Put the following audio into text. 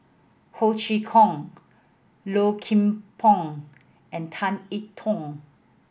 Ho Chee Kong Low Kim Pong and Tan E Tong